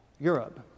Europe